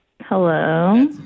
Hello